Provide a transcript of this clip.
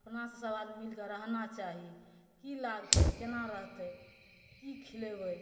अपना सऽ सब आदमीके रहना चाही की लागतै केना रहतै की खिलेबै